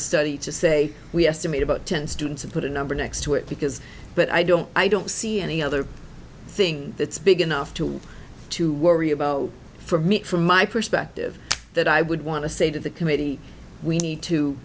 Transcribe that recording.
a study to say we estimate about ten students and put a number next to it because but i don't i don't see any other i think it's big enough to want to worry about for me from my perspective that i would want to say to the committee we need to